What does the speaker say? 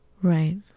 right